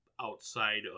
outside